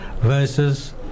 Versus